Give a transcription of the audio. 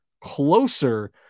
closer